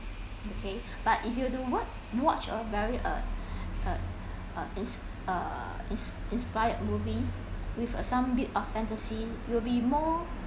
okay but if you were to watch a very uh uh uh inspired movie with a some bit of fantasy you will be more